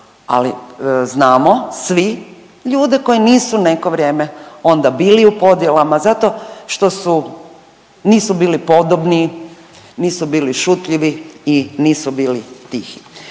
ali znamo svi ljude koji nisu neko vrijeme onda bili u podjelama zato što su, nisu bili podobni, nisu bili šutljivi i nisu bili tihi.